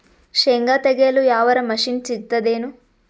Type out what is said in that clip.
ಶೇಂಗಾ ತೆಗೆಯಲು ಯಾವರ ಮಷಿನ್ ಸಿಗತೆದೇನು?